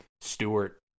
Stewart